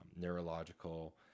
neurological